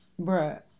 bruh